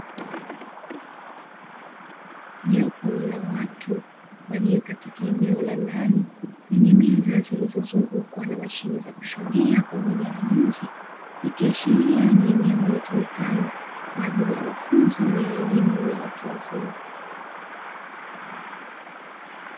Jopo la watu walio katika eneo zilizozungukwa na mashine za kushonea pamoja na nyuzi, ikiashiria ni eneo litumikalo kwa ajili ya mafunzo ya elimu ya watu wazima.